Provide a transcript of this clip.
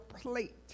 plate